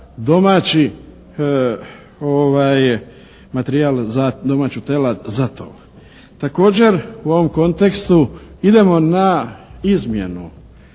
domaći materijal za domaću telad za tov. Također u ovom kontekstu idemo na izmjenu